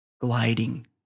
gliding